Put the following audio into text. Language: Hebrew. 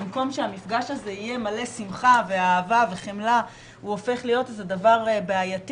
במקום שהמפגש הזה יהיה מלא שמחה ואהבה וחמלה הוא הופך להיות דבר בעייתי,